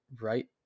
right